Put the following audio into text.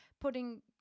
putting